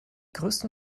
größten